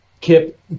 Kip